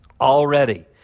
Already